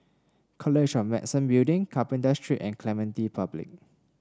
College of Medicine Building Carpenter Street and Clementi Public